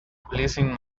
pleasing